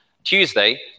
Tuesday